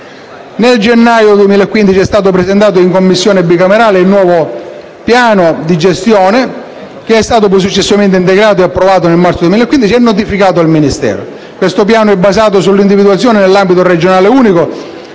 Nel gennaio 2015 è stato presentato in Commissione bicamerale il nuovo Piano di gestione dei rifiuti, successivamente integrato e approvato nel marzo 2015 e notificato al Ministero. Questo Piano è basato sull'individuazione dell'ambito regionale unico,